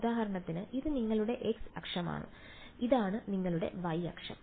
ഉദാഹരണത്തിന് ഇത് നിങ്ങളുടെ x അക്ഷമാണ് ഇതാണ് നിങ്ങളുടെ y അക്ഷം